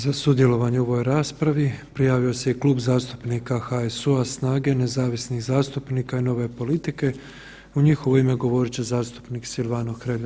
Za sudjelovanje u ovoj raspravi prijavio se i Klub zastupnika HSU-a, SNAGE, Nezavisnih zastupnika i Nove politike, u njihovo ime govorit će zastupnik Silvano Hrelja.